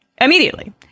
immediately